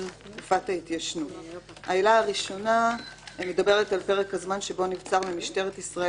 מין עומד על 6%. כאן אנחנו צריכים כמה שיותר לפתוח את השער,